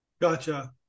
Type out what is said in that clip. Gotcha